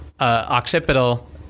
occipital